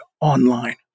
online